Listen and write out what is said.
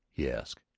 he asked.